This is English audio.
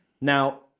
Now